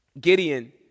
Gideon